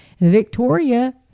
Victoria